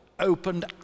opened